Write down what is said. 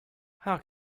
how